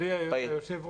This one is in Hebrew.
אדוני היושב-ראש,